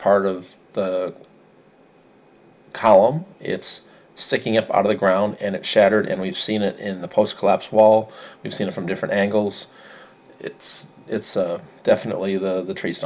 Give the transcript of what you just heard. part of the column it's sticking up out of the ground and it shattered and we've seen it in the post collapse wall we've seen it from different angles it's definitely the t